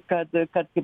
kad kad kaip